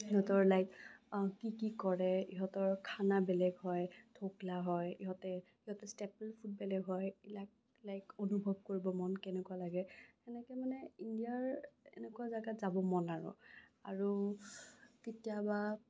সিহঁতৰ লাইক কি কি ক'ৰে সিহঁতৰ খানা বেলেগ হয় ধৌকলা হয় সিহঁতে সিহঁতৰ ষ্টেপল ফুড বেলেগ হয় এইবিলাক লাইক অনুভৱ কৰিব মন কেনেকুৱা লাগে সেনেকে মানে ইণ্ডিয়াৰ তেনেকুৱা জেগাত যাব মন আৰু আৰু কেতিয়াবা